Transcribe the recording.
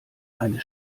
eine